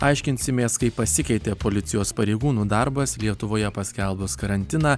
aiškinsimės kaip pasikeitė policijos pareigūnų darbas lietuvoje paskelbus karantiną